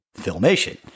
Filmation